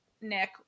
Nick